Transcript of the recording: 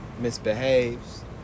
misbehaves